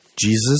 Jesus